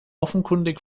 offenkundig